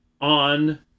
on